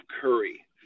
Curry